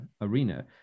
arena